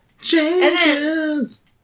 changes